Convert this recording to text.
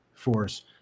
force